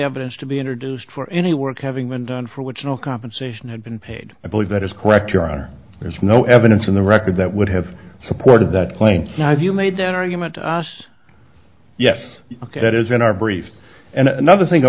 evidence to be introduced for any work having been done for which no compensation had been paid i believe that is correct your honor there's no evidence in the record that would have supported that claim now if you made that argument to us yes that is in our brief and another thing i